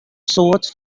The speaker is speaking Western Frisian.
soad